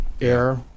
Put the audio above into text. air